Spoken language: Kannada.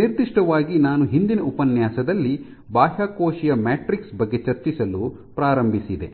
ನಿರ್ದಿಷ್ಟವಾಗಿ ನಾನು ಹಿಂದಿನ ಉಪನ್ಯಾಸದಲ್ಲಿ ಬಾಹ್ಯಕೋಶೀಯ ಮ್ಯಾಟ್ರಿಕ್ಸ್ ಬಗ್ಗೆ ಚರ್ಚಿಸಲು ಪ್ರಾರಂಭಿಸಿದೆ